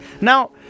Now